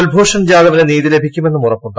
കുൽഭൂഷൺ ജാദവിന് നീതി ലഭിക്കുമെന്നും ഉറപ്പുണ്ട്